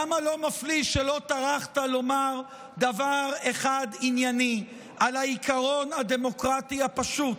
כמה לא מפליא שלא טרחת לומר דבר אחד ענייני על העיקרון הדמוקרטי הפשוט